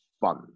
fun